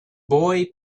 boy